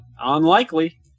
Unlikely